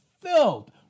filled